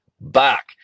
back